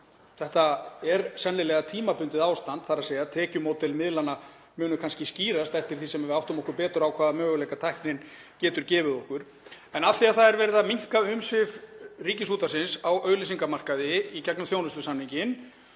þetta er sennilega tímabundið ástand. Tekjumódel miðlanna munu kannski skýrast eftir því sem við áttum okkur betur á hvaða möguleika tæknin getur gefið okkur. En af því að það er verið að minnka umsvif Ríkisútvarpsins á auglýsingamarkaði í gegnum þjónustusamninginn